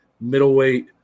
middleweight